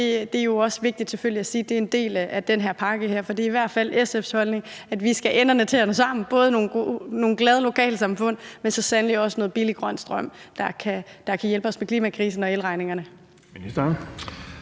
også vigtigt at sige, at det er en del af den her pakke, for det er i hvert fald SF's holdning, at vi skal have enderne til at nå sammen, både nogle glade lokalsamfund, men så sandelig også noget billig grøn strøm, der kan hjælpe os med klimakrisen og elregningerne.